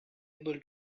able